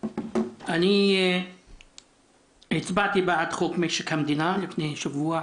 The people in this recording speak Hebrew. אני הצבעתי בעד חוק משק המדינה לפני שבוע,